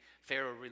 Pharaoh